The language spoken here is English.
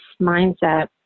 mindset